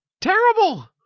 Terrible